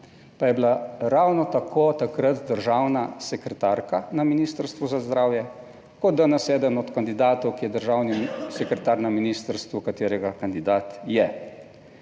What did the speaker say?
pa je bila ravno tako takrat državna sekretarka na Ministrstvu za zdravje kot danes eden od kandidatov, ki je državni sekretar na ministrstvu, katerega kandidat je.